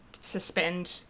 suspend